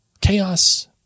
chaos